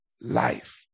life